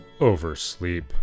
oversleep